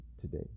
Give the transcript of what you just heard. today